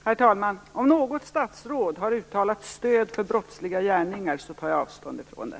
Herr talman! Om något statsråd har uttalat stöd för brottsliga gärningar tar jag avstånd från det.